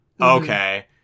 Okay